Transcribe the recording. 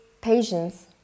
patience